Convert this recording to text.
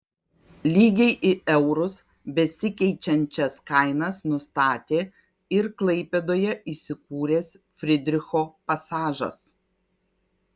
lygiai į eurus besikeičiančias kainas nustatė ir klaipėdoje įsikūręs frydricho pasažas